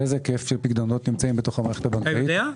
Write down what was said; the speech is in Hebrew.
איזה היקף של פיקדונות נמצאים בתוך המערכת הבנקאית?